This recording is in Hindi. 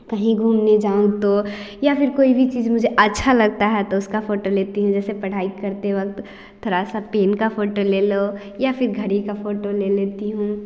कहीं घूमने जाऊँ तो या फिर कोई भी चीज़ मुझे अच्छा लगती है तो उसकी फोटो लेती हूँ जैसे पढ़ाई करते वक़्त थोड़ा सा पेन की फोटो ले लो या फिर घड़ी की फोटो ले लेती हूँ